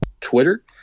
Twitter